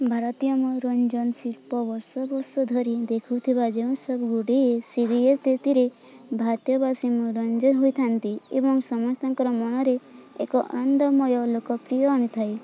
ଭାରତୀୟ ମନୋରଞ୍ଜନ ଶିଳ୍ପ ବର୍ଷ ବର୍ଷ ଧରି ଦେଖୁଥିବା ଯେଉଁସବୁ ଗୁଡ଼ିଏ ସିରିଏଲ ଥିରେ ଭାରତୀୟବାସୀ ମନୋରଞ୍ଜନ ହୋଇଥାନ୍ତି ଏବଂ ସମସ୍ତଙ୍କର ମନରେ ଏକ ଆନନ୍ଦମୟ ଲୋକପ୍ରିୟ ଆଣିଥାଏ